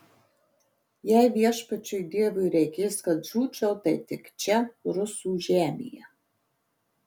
jei viešpačiui dievui reikės kad žūčiau tai tik čia rusų žemėje